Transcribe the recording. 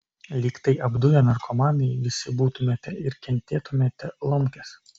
lyg tai apduję narkomanai visi būtumėte ir kentėtumėte lomkes